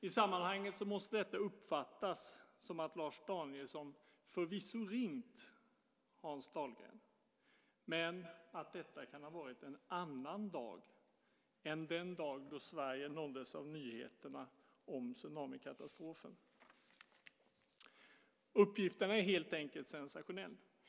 I sammanhanget måste detta uppfattas som att Lars Danielsson förvisso ringt Hans Dahlgren men att detta kan ha varit en annan dag än den dag då Sverige nåddes av nyheterna om tsunamikatastrofen. Uppgiften är helt enkelt sensationell.